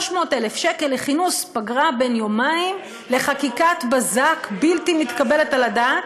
300,000 שקל לכינוס פגרה בן יומיים לחקיקת בזק בלתי מתקבלת על הדעת.